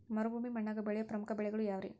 ಮರುಭೂಮಿ ಮಣ್ಣಾಗ ಬೆಳೆಯೋ ಪ್ರಮುಖ ಬೆಳೆಗಳು ಯಾವ್ರೇ?